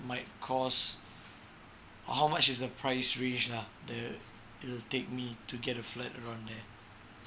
might cost how much is the price range lah the it'll take me to get a flat around there